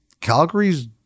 Calgary's